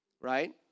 right